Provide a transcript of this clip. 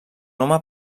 home